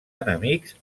enemics